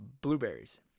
blueberries